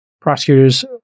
prosecutors